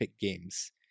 Games